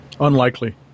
Unlikely